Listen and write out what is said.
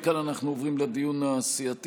מכאן אנחנו עוברים לדיון הסיעתי.